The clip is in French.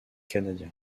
canadien